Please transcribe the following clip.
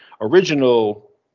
original